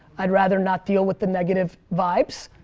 i'd rather not deal with the negative vibes,